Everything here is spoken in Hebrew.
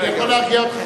אני יכול להרגיע אתכם,